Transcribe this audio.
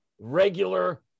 regular